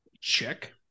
Check